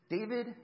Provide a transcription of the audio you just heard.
David